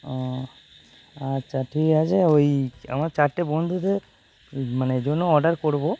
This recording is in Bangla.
ও আচ্ছা ঠিক আছে ওই আমার চারটে বন্ধুদের মানে জন্য অর্ডার করবো